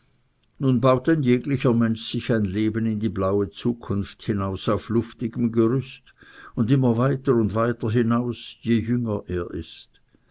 nun baut ein jeglicher mensch sich ein leben in die blaue zukunft hinaus auf luftigem gerüste und immer weiter und weiter hinaus je jünger er ist